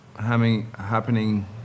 happening